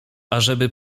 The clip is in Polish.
ażeby